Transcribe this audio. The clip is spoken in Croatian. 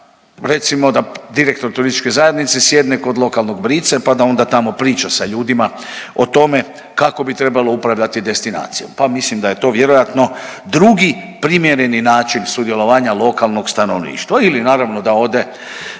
recimo da direktor turističke zajednice sjedne kod lokalnog brice, pa da onda tamo priča sa ljudima o tome kako bi trebalo upravljati destinacijom, pa mislim da je to vjerojatno drugi primjereni način sudjelovanja lokalnog stanovništva ili naravno da ode